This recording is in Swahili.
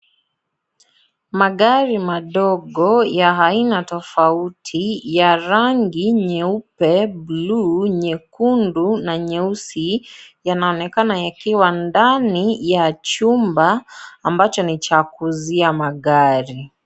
Magari madogo ya aina tofauti ya rangi nyeupe,(cs)blue(cs),nyekundu na nyeusi yanaonekana yakiwa ndani ya chumba ambacho ni cha kuuzia magari.